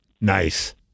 Nice